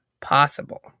possible